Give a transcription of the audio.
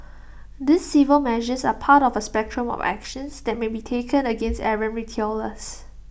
these civil measures are part of A spectrum of actions that may be taken against errant retailers